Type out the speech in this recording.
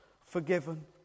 forgiven